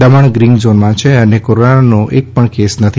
Daman green zone છે અને કોરોનાનો એંક પણ કેસ નથી